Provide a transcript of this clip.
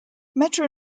metro